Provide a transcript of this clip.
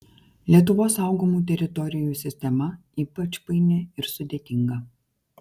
lietuvos saugomų teritorijų sistema ypač paini ir sudėtinga